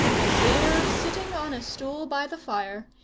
and there, sitting on a stool by the fire,